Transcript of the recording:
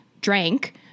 drank